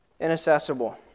inaccessible